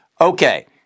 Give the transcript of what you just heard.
Okay